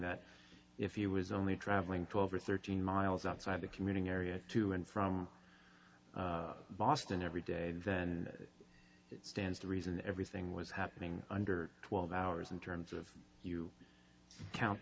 that if he was only travelling twelve or thirteen miles outside the commuting area to and from boston every day and then it stands to reason everything was happening under twelve hours in terms of you count